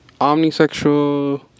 omnisexual